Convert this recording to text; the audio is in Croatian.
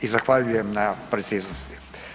I zahvaljujem na preciznosti.